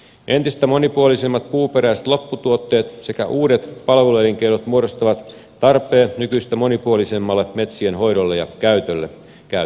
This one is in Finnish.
entistä monipuolisemmat puuperäiset lopputuotteet sekä uudet palveluelinkeinot muodostavat tarpeen nykyistä monipuolisemmalle metsien hoidolle ja käytölle käytön mukaan